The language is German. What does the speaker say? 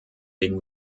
den